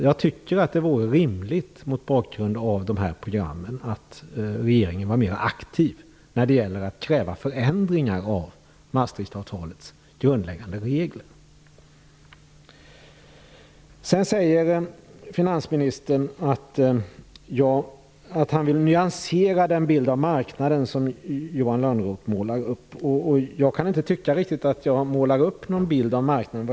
Jag tycker att det mot bakgrund av de här programmen vore rimligt att regeringen skulle vara mera aktiv när det gäller att kräva förändringar av Finansministern säger vidare att han vill "nyansera den bild av marknaden som Johan Lönnroth målar upp". Jag kan inte tycka att jag målar upp någon bild av marknaden.